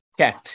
okay